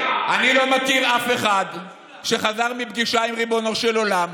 אני לא מכיר אף אחד שחזר מפגישה עם ריבונו של עולם